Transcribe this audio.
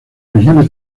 regiones